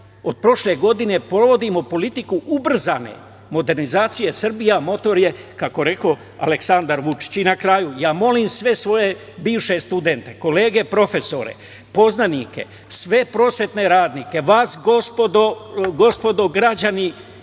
od prošle godine provodimo politiku ubrzane modernizacije Srbija, motor je, Aleksandar Vučić.I na kraju, ja molim sve svoje bivše studente, kolege, profesore, poznanike, sve prosvetne radnike, vas gospodo građani